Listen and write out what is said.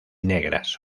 negras